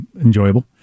enjoyable